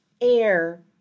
air